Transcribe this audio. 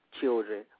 children